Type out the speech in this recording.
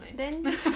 then